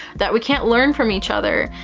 that we can't learn from each other.